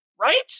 right